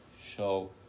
show